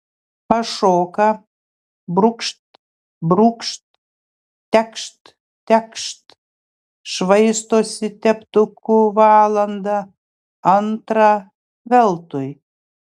pašoka brūkšt brūkšt tekšt tekšt švaistosi teptuku valandą antrą veltui